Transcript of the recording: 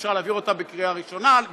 אפשר להעביר אותה בקריאה טרומית,